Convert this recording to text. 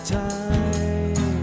time